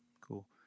cool